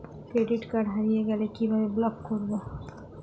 Credit card হারিয়ে গেলে কি ভাবে ব্লক করবো?